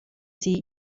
see